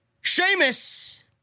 Sheamus